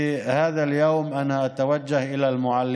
(אומר דברים בשפה הערבית,